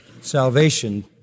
salvation